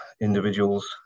individuals